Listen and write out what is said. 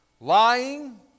lying